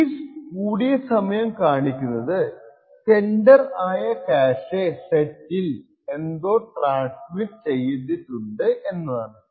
ഈ കൂടിയ സമയം കാണിക്കുന്നത് സെൻഡർ ആ ക്യാഷെ സെറ്റിൽ എന്തോ ട്രാൻസ്മിറ്റ് ചെയ്തിട്ടുണ്ട് എന്നാണ്